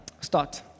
Start